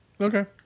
Okay